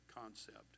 concept